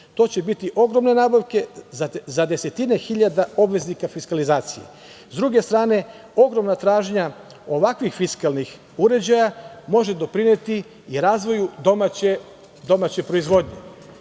to će biti ogromna nabavka za desetine hiljada obveznika fiskalizacije. Sa druge strane ogromna tražnja ovakvih fiskalnih uređaja može doprineti i razvoju domaće proizvodnje. Podsetio